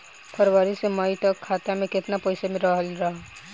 फरवरी से मई तक खाता में केतना पईसा रहल ह?